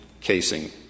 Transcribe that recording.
casing